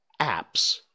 apps